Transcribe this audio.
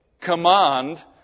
command